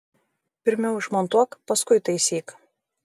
pirmiau išmontuok paskui taisyk